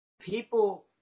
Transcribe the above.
people